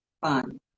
fun